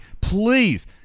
please